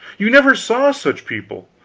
you never saw such people.